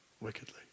wickedly